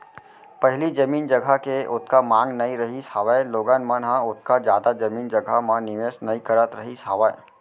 पहिली जमीन जघा के ओतका मांग नइ रहिस हावय लोगन मन ह ओतका जादा जमीन जघा म निवेस नइ करत रहिस हावय